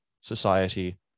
society